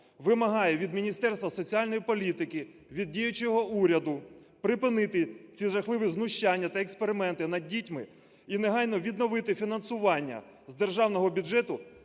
вимагає від Міністерства соціальної політики, від діючого уряду припинити ці жахливі знущання та експерименти над дітьми і негайно відновити фінансування з державного бюджету